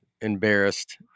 embarrassed